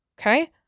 okay